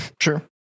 Sure